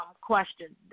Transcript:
question